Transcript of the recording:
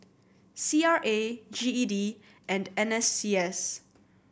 C R A G E D and N S C S